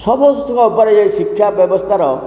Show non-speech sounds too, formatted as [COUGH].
ସବୁ [UNINTELLIGIBLE] ଉପରେ ଏ ଶିକ୍ଷା ବ୍ୟବସ୍ଥାର